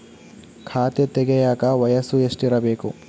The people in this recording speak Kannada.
ಖಾತೆ ತೆಗೆಯಕ ವಯಸ್ಸು ಎಷ್ಟಿರಬೇಕು?